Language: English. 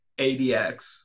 ADX